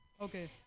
Okay